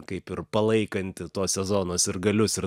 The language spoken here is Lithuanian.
kaip ir palaikanti to sezono sirgalius ir